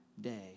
day